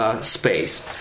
Space